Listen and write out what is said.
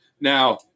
Now